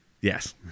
Yes